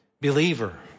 Believer